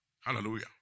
Hallelujah